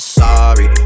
sorry